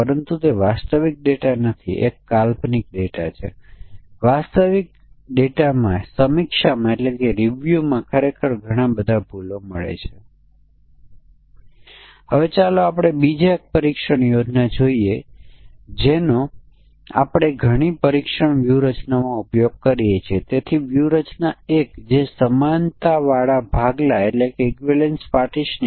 પરંતુ પછી જો આપણી પાસે બુલિયન વેરીએબલો છે તો આપણે આ વિશેષ મૂલ્ય પરીક્ષણનો ઉપયોગ કરીને તેને કેવી રીતે હેન્ડલ કરી શકીશું